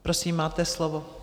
Prosím, máte slovo.